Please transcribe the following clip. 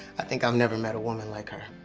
i think i've never met a woman like her.